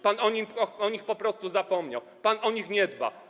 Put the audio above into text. Pan o nich po prostu zapomniał, pan o nich nie dba.